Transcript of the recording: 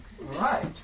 Right